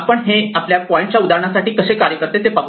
आपण हे आपल्या पॉईंटच्या उदाहरणासाठी कसे कार्य करते ते पाहूया